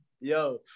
yo